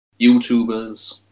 YouTubers